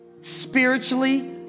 spiritually